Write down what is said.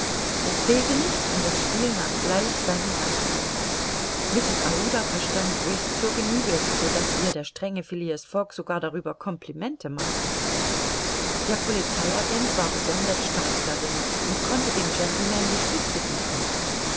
es fehlte nichts und das spiel nahm gleich sei nen anfang mrs aouda verstand whist zu genüge so daß ihr der strenge phileas fogg sogar darüber complimente machte der polizei agent war besonders stark darin und konnte dem gentleman die spitze bieten